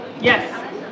Yes